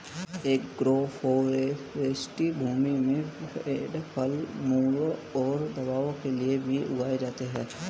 agroforestry भूमि में पेड़ फल, मेवों और दवाओं के लिए भी उगाए जाते है